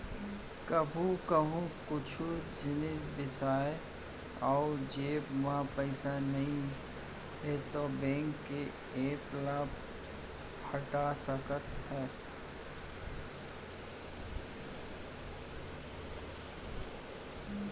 कभू कहूँ कुछु जिनिस बिसाए अउ जेब म पइसा नइये त बेंक के ऐप ले पटा सकत हस